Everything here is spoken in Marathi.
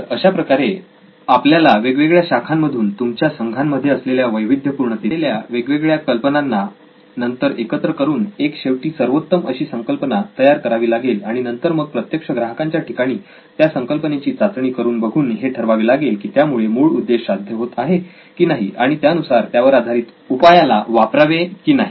तर अशाप्रकारे आपल्याला वेगवेगळ्या शाखांमधून तुमच्या संघामध्ये असलेल्या वैविध्यपूर्णतेतून आलेल्या वेगवेगळ्या कल्पनांना नंतर एकत्र करून एक शेवटी सर्वोत्तम अशी संकल्पना तयार करावी लागेल आणि नंतर मग प्रत्यक्ष ग्राहकांच्या ठिकाणी त्या संकल्पनेची चाचणी करून बघून हे ठरवावे लागेल की त्यामुळे मूळ उद्देश साध्य होत आहे की नाही आणि त्यानुसार त्यावर आधारित उपायाला वापरावे की नाही